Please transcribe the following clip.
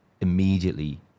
immediately